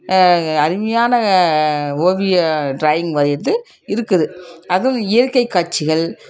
அருமையான ஓவிய ட்ராயிங் வரையறது இருக்குது அதுவும் இயற்கை காட்சிகள்